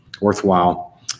worthwhile